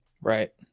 right